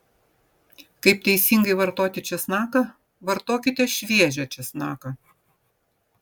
kaip teisingai vartoti česnaką vartokite šviežią česnaką